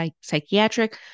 psychiatric